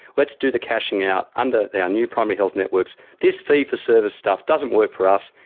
let's do the cashing out under our new primary health networks. this fee-for-service stuff doesn't work for us,